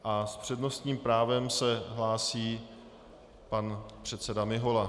S přednostním právem se hlásí pan předseda Mihola.